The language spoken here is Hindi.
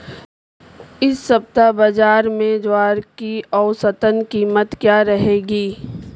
इस सप्ताह बाज़ार में ज्वार की औसतन कीमत क्या रहेगी?